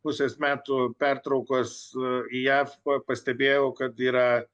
pusės metų pertraukos į jav pastebėjau kad yra